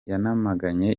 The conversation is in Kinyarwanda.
yanamaganye